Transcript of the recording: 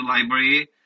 library